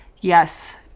yes